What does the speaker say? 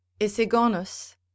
Isigonus